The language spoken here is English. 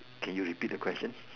can you repeat the question